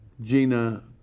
Gina